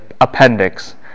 appendix